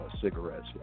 cigarettes